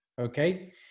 okay